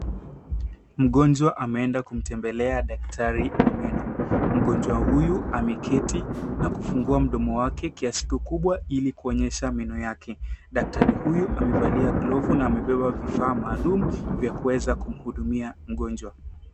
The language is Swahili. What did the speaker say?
Mgonjwa ameenda kumtembelea daktari wa meno. Mgonjwa huyu ameketi na kufungua mdomo wake kiasi kikubwa ili kuonyesha meno yake. Daktari huyu amevalia glovu na amebeba vifaa maalum vya kuweza kumuhudumia mgonjwa.